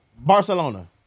Barcelona